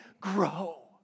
grow